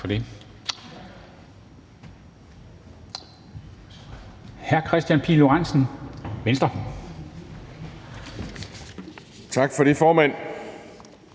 Tak for det,